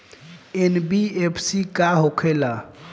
NBFC का होंखे ला?